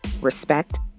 Respect